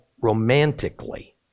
romantically